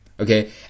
okay